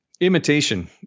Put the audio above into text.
imitation